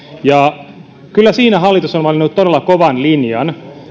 kyllä siinä hallitus on valinnut todella kovan linjan